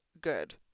good